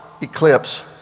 eclipse